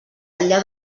enllà